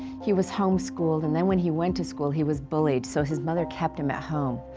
he was home-schooled and then when he went to school he was bullied so his mother kept him at home.